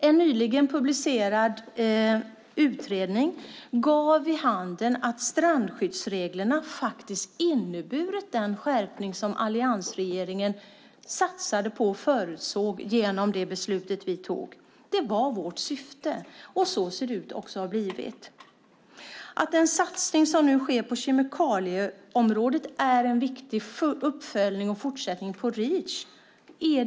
En nyligen publicerad utredning gav vid handen att strandskyddsreglerna faktiskt inneburit den skärpning som alliansregeringen satsade på och förutsåg genom det beslut vi tog. Det var vårt syfte, och så ser det också ut att ha blivit. Den satsning som sker på kemikalieområdet är en viktig uppföljning och fortsättning på Reach.